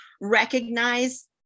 recognize